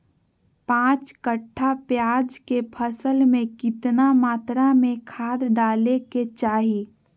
पांच कट्ठा प्याज के फसल में कितना मात्रा में खाद डाले के चाही?